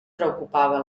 preocupava